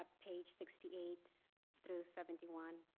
ah page sixty eight through seventy one.